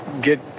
get